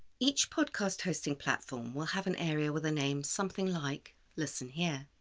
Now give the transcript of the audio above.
each podcast hosting platform will have an area with a name something like listen here.